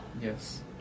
Yes